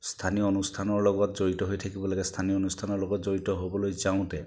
স্থানীয় অনুষ্ঠানৰ লগত জড়িত হৈ থাকিব লাগে স্থানীয় অনুষ্ঠানৰ লগত জড়িত হ'বলৈ যাওঁতে